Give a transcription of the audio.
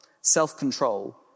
Self-control